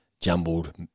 jumbled